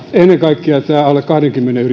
ennen kaikkea tämä alle kahdenkymmenen